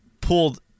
pulled